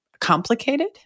complicated